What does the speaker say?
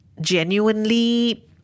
genuinely